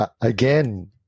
again